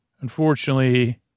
Unfortunately